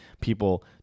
people